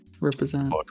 represent